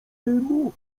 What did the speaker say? dymu